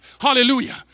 hallelujah